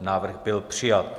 Návrh byl přijat.